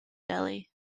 delhi